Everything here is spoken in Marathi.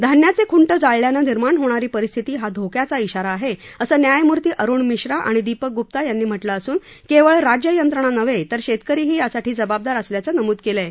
धान्याचे खुंट जाळल्यानं निर्माण होणारी परिस्थिती हा धोक्याचा ौरा आहे असं न्यायमूर्ती अरूण मिश्रा आणि दीपक गुप्ता यांनी म्हटलं असून केवळ राज्य यंत्रणा नव्हे तर शेतकरीही यासाठी जबाबदार असल्याचं नमूद केलं आहे